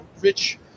rich